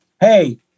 hey